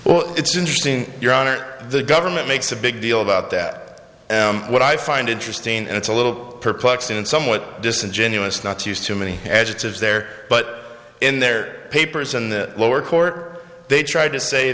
well it's interesting your honor the government makes a big deal about that what i find interesting and it's a little perplexing and somewhat disingenuous not to use too many adjectives there but in their papers in the lower court they try to say